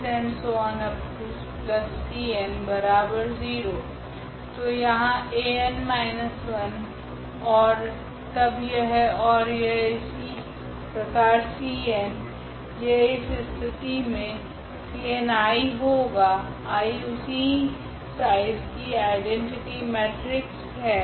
तो यहाँ An 1 ओर तब यह ओर इसी प्रकार cn यह इस स्थिति मे cnI होगा I उसी साइज की आइडैनटिटि मेट्रिक्स है